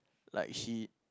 like she